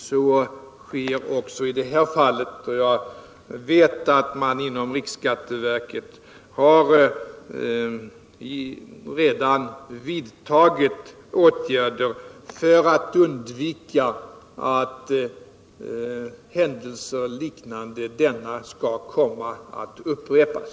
Så sker också i det här fallet, och jag vet att riksskatteverket redan har vidtagit åtgärder för att undvika att händelser liknande denna skall upprepas.